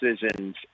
decisions